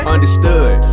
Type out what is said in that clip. Understood